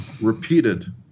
repeated